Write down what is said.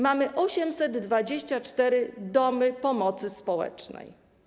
Mamy 824 domy pomocy społecznej.